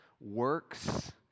works